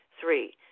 three